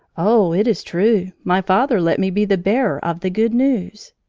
oh, it is true. my father let me be the bearer of the good news.